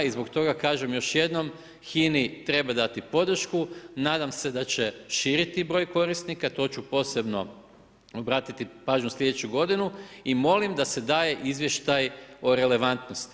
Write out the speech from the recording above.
I zbog toga kažem, još jednom, HINA-i treba dati podršku, nadam se da će širiti broj korisnika, to ću posebno obratiti pažnju sljedeću godinu i molim da se daje izvještaj o relevantnosti.